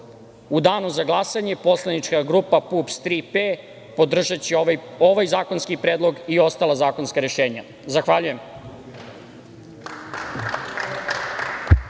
danu za glasanje Poslanička grupa PUPS „Tri P“ podržaće ovaj zakonski predlog i ostala zakonska rešenja. Zahvaljujem.